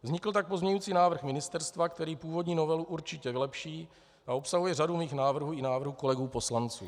Vznikl tak pozměňovací návrh ministerstva, který původní novelu určitě vylepší a obsahuje řadu mých návrhů i návrhů kolegů poslanců.